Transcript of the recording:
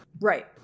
Right